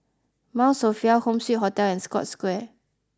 Mount Sophia Home Suite Hotel and Scotts Square